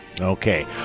Okay